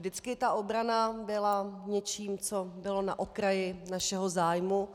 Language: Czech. Vždycky ta obrana byla něčím, co bylo na okraji našeho zájmu.